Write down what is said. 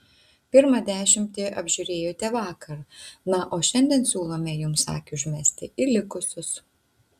pirmą dešimtį apžiūrėjote vakar na o šiandien siūlome jums akį užmesti į likusius